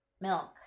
milk